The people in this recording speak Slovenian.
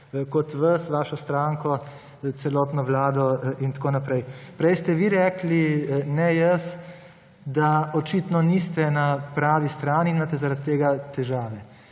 kot sebe, svojo stranko, celotno vlado in tako naprej. Prej ste vi rekli, ne jaz, da očitno niste na pravi strani in imate zaradi tega težave.